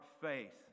faith